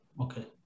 okay